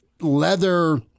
leather